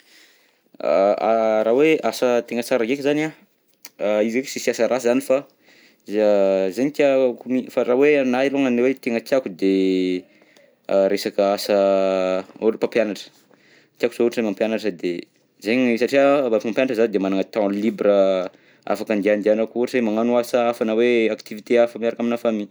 Raha hoe asa tena tsara ndreky zany an, izy heky tsisy asa ratsy zany fa a zegny tiako mi, fa raha hoe anahy longany hoe tena tiako de resaka asa olo mpampianatra, tiako zao ohatra mampianatra de zegny satria rehefa mampianatra zaho de manana temps libre afaka andihandihanako ohatra hoe magnano asa hafa na hoe activité hafa miaraka aminà famille.